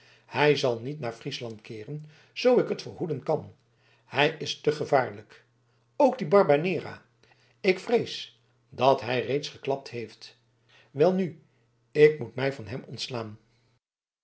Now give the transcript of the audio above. hij zal niet naar friesland keeren zoo ik het verhoeden kan hij is te gevaarlijk ook die barbanera ik vrees dat hij reeds geklapt heeft welnu ik moet mij van hem ontslaan